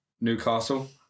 Newcastle